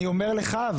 אני אומר לך.